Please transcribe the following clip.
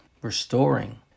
restoring